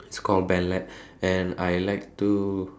it's called ballad and I like to